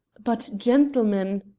but, gentlemen,